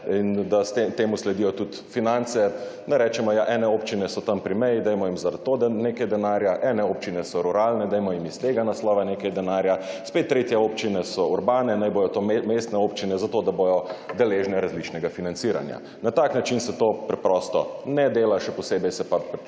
in da temu sledijo tudi finance. Naj rečemo, ja, ene občine so tam pri meji, dajmo jim zaradi tega nekaj denarja, ene občine so ruralne, dajmo jim iz tega naslova nekaj denarja, spet tretje občine so urbane, naj bodo to mestne občine, zato da bodo deležne različnega financiranja. Na tak način se to preprosto ne dela, še posebej pa se